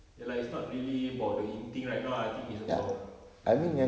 ya lah it's really about the in thing right now I think it's about hmm